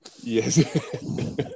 Yes